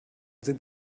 sind